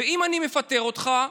ואם אני מפטר אותך,